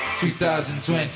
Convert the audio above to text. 2020